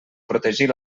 protegir